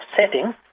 setting